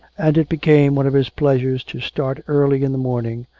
and it became one of his pleasures to start early in the morning,